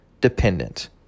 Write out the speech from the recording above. dependent